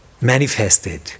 manifested